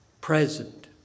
present